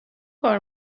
کار